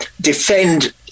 defend